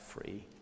free